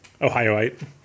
Ohioite